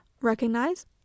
recognize